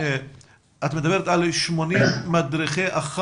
מה התגובה שלך לעניין הזה?